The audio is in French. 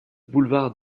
boulevard